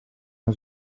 una